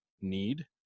need